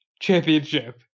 championship